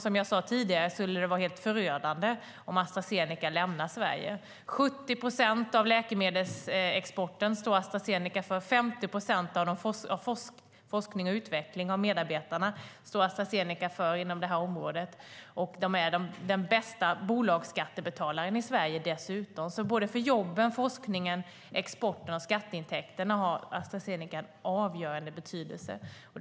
Som jag sade tidigare skulle det vara helt förödande om Astra Zeneca lämnar Sverige. De står för 70 procent av läkemedelsexporten och för 50 procent av medarbetarnas forskning och utveckling inom detta område. De är dessutom den bästa bolagsskattebetalaren i Sverige. Astra Zeneca har alltså en avgörande betydelse för såväl jobben och forskningen som exporten och skatteintäkterna.